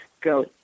go